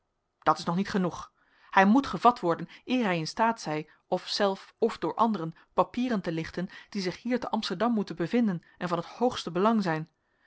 dat is nog niet genoeg hij moet gevat worden eer hij in staat zij of zelf of door anderen papieren te lichten die zich hier te amsterdam moeten bevinden en van het hoogste belang zijn